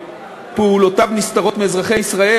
שפעולותיו נסתרות מאזרחי ישראל,